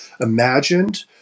imagined